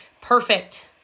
perfect